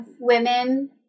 women